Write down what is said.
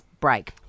break